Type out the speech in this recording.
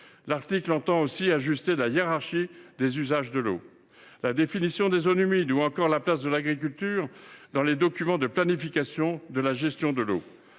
a également pour objet d’ajuster la hiérarchie des usages de l’eau, la définition des zones humides ou encore la place de l’agriculture dans les documents de planification de la gestion de l’eau.